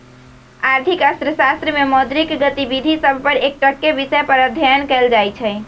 आर्थिक अर्थशास्त्र में मौद्रिक गतिविधि सभ पर एकटक्केँ विषय पर अध्ययन कएल जाइ छइ